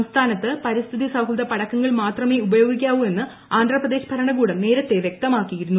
സംസ്ഥാനത്ത് പരിസ്ഥിതി സൌഹൃദ പടക്കങ്ങൾ മാത്രമേ ഉപയോഗിക്കാവൂ എന്ന് ആന്ധ്ര പ്രദേശ് ഭരണകൂടം നേരത്തെ വ്യക്തമാക്കിയിരുന്നു